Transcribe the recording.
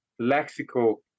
lexical